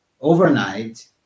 overnight